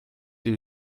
est